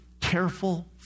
careful